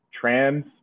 trans